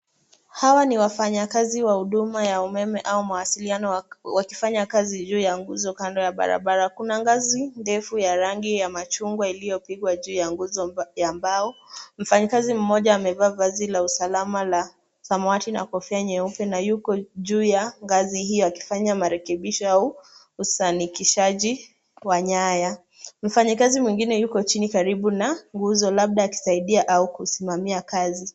Hawa ni wafanyakazi wa huduma ya umeme au mawasiiano wakifanya kazi juu ya nguzo kando ya barabara. Kuna ngazi ndefu ya rangi ya machungwa iliyopigwa juu ya nguzo ya mbao. Mfanyikazi mmoja amevaa vazi la usalama la samawati na kofia nyeupe na yuko juu ya ngazi hiyo akifanya marekebisho au usanikishaji wa nyaya. Mfanyikazi mwingine yuko chini karibu na nguzo labda akisaidia au kusimamia kazi.